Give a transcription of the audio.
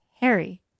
Harry